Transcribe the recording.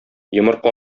йомырка